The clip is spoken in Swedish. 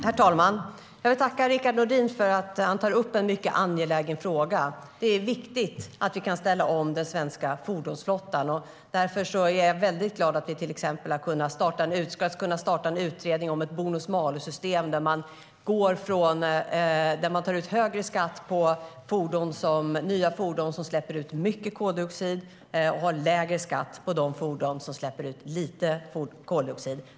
Herr talman! Jag vill tacka Rickard Nordin för att han tar upp en mycket angelägen fråga. Det är viktigt att vi kan ställa om den svenska fordonsflottan. Därför är jag väldigt glad att vi till exempel kan starta en utredning om ett bonus-malus-system, där man tar ut högre skatt på nya fordon som släpper ut mycket koldioxid och har lägre skatt på de fordon som släpper ut lite koldioxid.